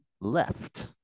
left